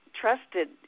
trusted